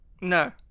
no